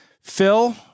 Phil